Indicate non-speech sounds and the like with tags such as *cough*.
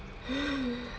*breath*